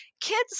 Kids